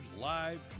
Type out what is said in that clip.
live